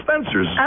Spencers